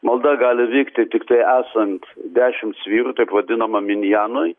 malda gali vykti tiktai esant dešimts vyrų taip vadinamam minjanui